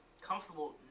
comfortable